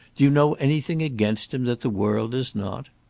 do you know anything against him that the world does not?